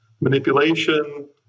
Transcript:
manipulation